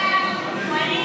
ההצעה